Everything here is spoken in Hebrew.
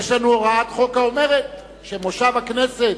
יש לנו הוראת חוק האומרת שמושב הכנסת